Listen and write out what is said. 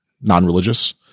non-religious